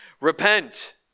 repent